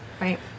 Right